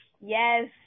Yes